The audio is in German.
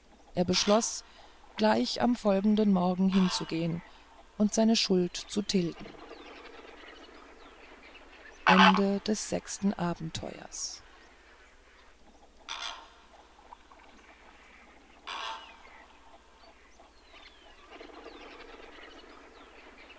er beschloß gleich am folgenden morgen hinzugehen und seine schuld zu tilgen